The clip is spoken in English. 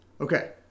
Okay